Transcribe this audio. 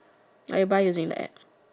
like you buy using the app